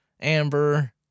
Amber